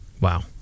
Wow